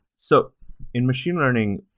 so in machine learning,